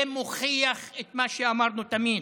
זה מוכיח את מה שאמרנו תמיד,